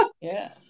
Yes